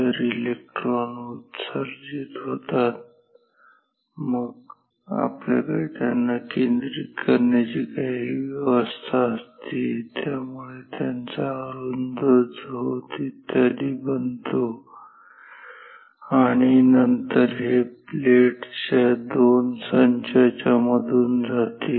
तर इलेक्ट्रॉन उत्सर्जित होतात मग आपल्याकडे त्यांना केंद्रित करण्याची काही व्यवस्था असते ज्यामुळे त्याचा अरुंद झोत इत्यादि बनतो आणि नंतर हे प्लेट्सच्या दोन संचाच्या मधून जाते